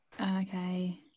Okay